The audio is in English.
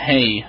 Hey